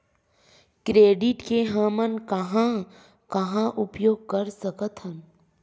Credit के हमन कहां कहा उपयोग कर सकत हन?